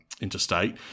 interstate